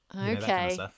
okay